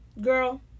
Girl